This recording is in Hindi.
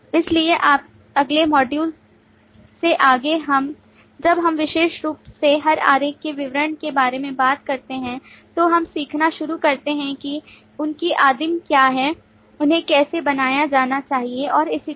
इसलिए अगले मॉड्यूल से आगे जब हम विशेष रूप से हर आरेख के विवरण के बारे में बात करते हैं तो हम सीखना शुरू करते हैं कि उनकी आदिम क्या हैं उन्हें कैसे बनाया जाना चाहिए और इसी तरह